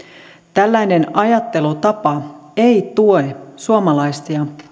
tällainen ajattelutapa ei tue suomalaisia